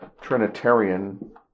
Trinitarian